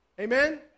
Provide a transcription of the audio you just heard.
Amen